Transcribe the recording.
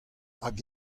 hag